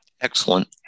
Excellent